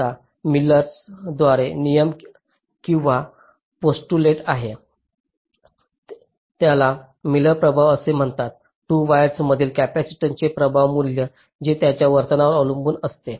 आता मिलरद्वारे नियम किंवा पोस्टुलेट आहे त्याला मिलर प्रभाव असे म्हणतात 2 वायर्समधील कॅपेसिटन्सचे प्रभावी मूल्य ते त्यांच्या वर्तनावर अवलंबून असते